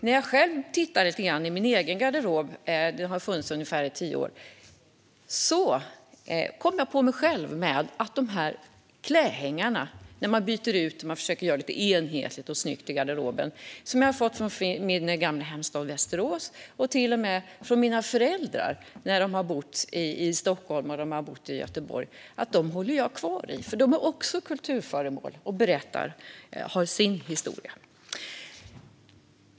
När jag tittar i min egen garderob, som har funnits i ungefär tio år, och försöker göra den lite enhetlig och snygg kommer jag på mig själv med att behålla klädhängare från min gamla hemstad Västerås och till och med från tiden då mina föräldrar bodde i Stockholm och Göteborg. Jag håller kvar i dem, för de är också kulturföremål och har sin historia.